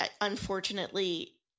unfortunately